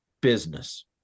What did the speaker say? business